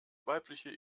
weibliche